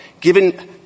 given